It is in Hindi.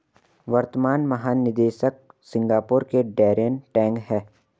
वर्तमान महानिदेशक सिंगापुर के डैरेन टैंग हैं